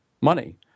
money